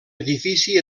edifici